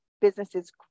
businesses